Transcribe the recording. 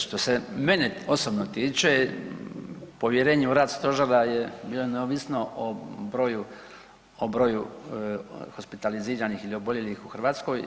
Što se mene osobno tiče, povjerenje u rad u Stožera je neovisno o broju hospitaliziranih ili oboljelih u Hrvatskoj.